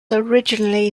originally